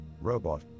Robot